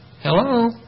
Hello